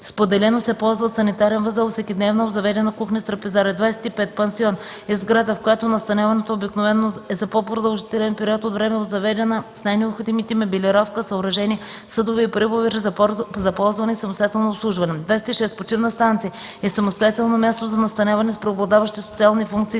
Споделено се ползват санитарен възел, всекидневна, обзаведена кухня с трапезария. 25. „Пансион” е сграда, в която настаняването обикновено е за по-продължителен период от време, обзаведена с най-необходимите мебелировка, съоръжения, съдове и прибори за ползване и самостоятелно обслужване. 26. „Почивна станция” е самостоятелно място за настаняване с преобладаващи социални функции